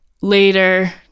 later